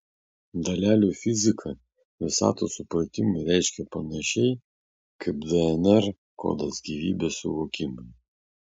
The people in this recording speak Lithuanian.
dalelių fizika visatos supratimui reiškia panašiai kaip dnr kodas gyvybės suvokimui